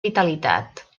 vitalitat